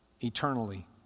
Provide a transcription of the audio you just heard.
eternally